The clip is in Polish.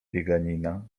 bieganina